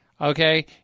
Okay